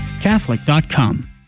Catholic.com